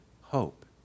hope